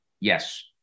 Yes